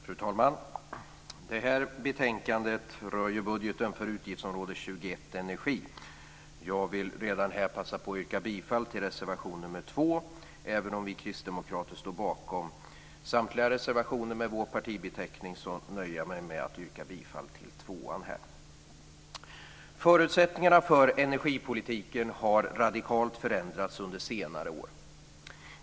Fru talman! Det här betänkandet rör budgeten för utgiftsområde 21 Energi. Jag vill redan här passa på att yrka bifall till reservation nr 2. Även om vi kristdemokrater står bakom samtliga reservationer med vår partibeteckning nöjer jag mig med att yrka bifall till reservation 2. Förutsättningarna för energipolitiken har radikalt förändrats under senare år.